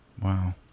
wow